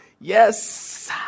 yes